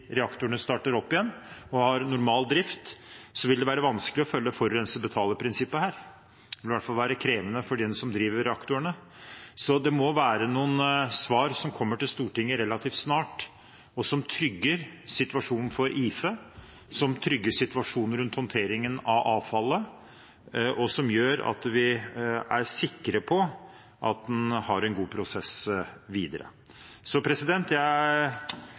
reaktorene starter opp igjen og har normal drift, vil det være vanskelig å følge forurenser betaler-prinsippet her, det vil i hvert fall være krevende for den som driver reaktorene, så det må være noen svar som kommer til Stortinget relativt snart, og som trygger situasjonen for IFE, som trygger situasjonen rundt håndteringen av avfallet, og som gjør at vi er sikre på at en har en god prosess videre.